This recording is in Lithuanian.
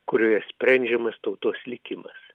kurioje sprendžiamas tautos likimas